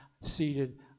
seated